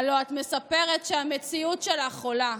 הלוא את מספרת שהמציאות שלך חולה.